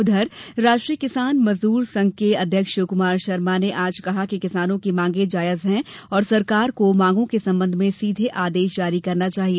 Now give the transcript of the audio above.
उधर राष्ट्रीय किसान मजदूर महासंघ के अध्यक्ष शिवकुमार शर्मा ने आज कहा कि किसानों की मांगें जायज है और सरकार को मांगों के संबंध में सीघे आदेश जारी करना चाहिये